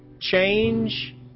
change